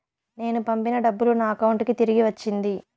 నేను పంపిన డబ్బులు నా అకౌంటు కి తిరిగి వచ్చింది